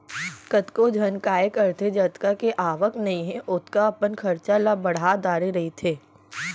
कतको झन काय करथे जतका के आवक नइ हे ओतका अपन खरचा ल बड़हा डरे रहिथे